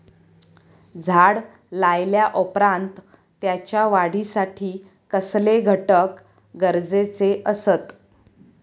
झाड लायल्या ओप्रात त्याच्या वाढीसाठी कसले घटक गरजेचे असत?